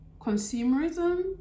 consumerism